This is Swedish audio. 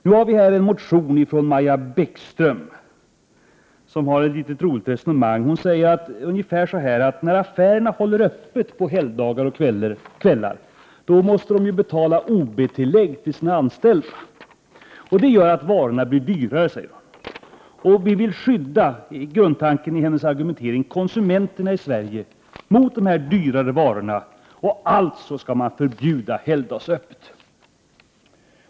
Vi har här en motion från Maja Bäckström. Hon för ett litet egendomligt resonemang. Hon säger ungefär så här, att när affärerna håller öppet på helgdagar och kvällar måste man betala OB-tillägg till de anställda, och det gör att varorna blir dyrare. Vi vill — det är grundtanken i hennes argumentering — skydda konsumenterna i Sverige mot dessa dyrare varor. Alltså skall man förbjuda helgdagsöppet.